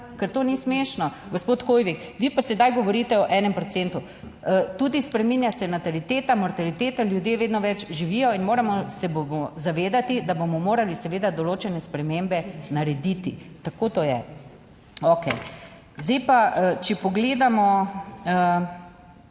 ker to ni smešno. Gospod Hoivik, vi pa sedaj govorite o enem procentu. Tudi spreminja se nataliteta, mortaliteta, ljudje vedno več živijo in moramo se zavedati, da bomo morali seveda določene spremembe narediti, tako to je, okej. Zdaj pa, če pogledamo,